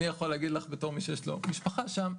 אני יכול להגיד לך בתור מי שיש לו משפחה שם,